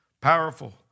powerful